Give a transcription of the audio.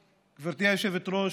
היושבת-ראש,